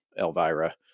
Elvira